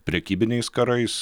prekybiniais karais